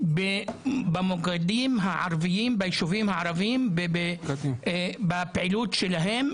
במוקדים הערביים ביושבים הערביים בפעילות שלהם?